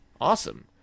awesome